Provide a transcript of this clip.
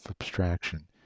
abstraction